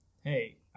Hey